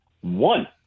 One